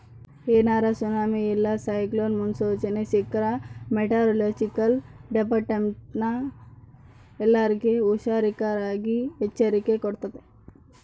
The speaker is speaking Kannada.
ಏನಾರ ಸುನಾಮಿ ಇಲ್ಲ ಸೈಕ್ಲೋನ್ ಮುನ್ಸೂಚನೆ ಸಿಕ್ರ್ಕ ಮೆಟೆರೊಲೊಜಿಕಲ್ ಡಿಪಾರ್ಟ್ಮೆಂಟ್ನ ಎಲ್ಲರ್ಗೆ ಹುಷಾರಿರಾಕ ಎಚ್ಚರಿಕೆ ಕೊಡ್ತತೆ